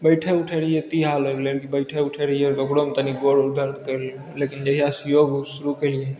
बैठय उठयमे रहियै तऽ इएह लगलइ तऽ बैठय उठय रहियै तऽ ओकरोमे तनी गोर उर दर्द करय लेकिन जहियासँ योग हम शुरू कयलियै